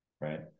right